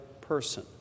person